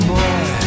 boy